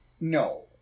no